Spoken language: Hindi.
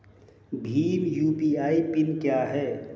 भीम यू.पी.आई पिन क्या है?